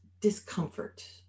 discomfort